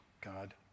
God